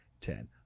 ten